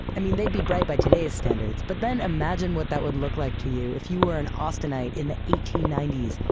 i mean, they'd be bright by today's standards, but then imagine what that would look like to you if you were an austinite in the eighteen ninety s,